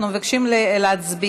אנחנו מבקשים להצביע.